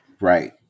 Right